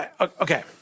Okay